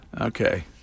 Okay